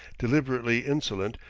deliberately insolent,